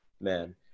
man